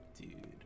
Dude